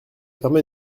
permet